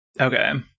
Okay